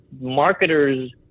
marketers